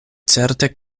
certe